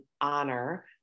honor